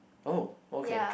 oh okay